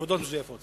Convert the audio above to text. עם תעודות מזויפות.